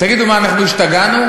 תגידו, מה, אנחנו השתגענו?